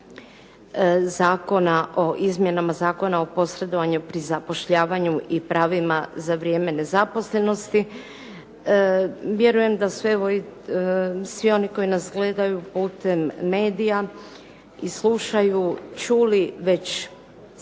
o izmjenama Zakona o posredovanju pri zapošljavanju i pravima za vrijeme nezaposlenosti. Vjerujem da su evo i svi oni koji nas gledaju putem medija i slušaju čuli već sve